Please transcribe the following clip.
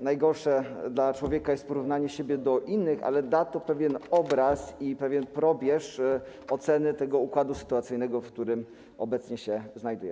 najgorsze dla człowieka jest porównanie siebie do innych, ale da to pewien obraz i pewien probierz oceny tego układu sytuacyjnego, w którym obecnie się znajdujemy.